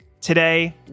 today